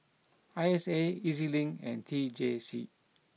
I S A E Z Link and T J C